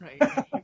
Right